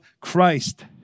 Christ